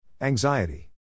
Anxiety